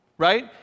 right